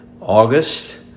August